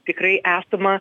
tikrai esama